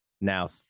now